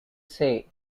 say